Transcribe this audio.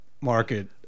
market